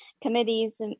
committees